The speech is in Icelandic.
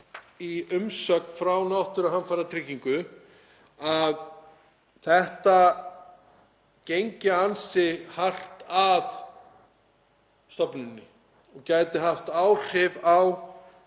í umsögn frá náttúruhamfaratryggingu að þetta gengi ansi hart að stofnuninni og gæti haft áhrif á